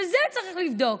את זה צריך לבדוק,